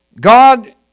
God